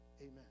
Amen